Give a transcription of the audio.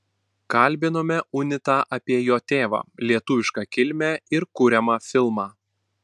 kalbinome unitą apie jo tėvą lietuvišką kilmę ir kuriamą filmą